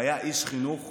הוא היה איש חינוך